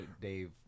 Dave